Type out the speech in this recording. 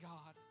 God